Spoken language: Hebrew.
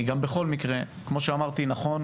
כמו שאמרתי, נכון